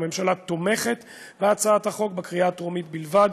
הממשלה תומכת בהצעת החוק בקריאה טרומית בלבד,